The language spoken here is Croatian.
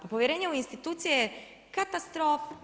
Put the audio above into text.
Pa povjerenje u institucije je katastrofa.